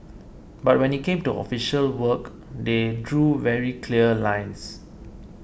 but when it came to official work they drew very clear lines